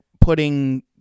putting